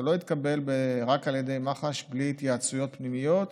זה לא התקבל רק על ידי מח"ש בלי התייעצויות פנימיות,